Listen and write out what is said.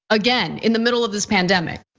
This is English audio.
again, in the middle of this pandemic.